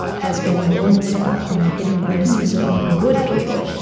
has been blindspot you know hidden biases of good people.